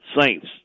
Saints